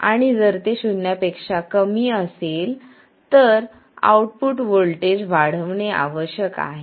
आणि जर ते शून्या पेक्षा कमी असेल तर आउटपुट व्होल्टेज वाढविणे आवश्यक आहे